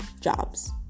jobs